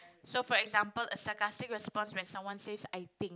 so for example a sarcastic response when someone says I think